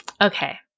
Okay